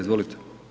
Izvolite.